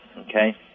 okay